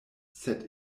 sed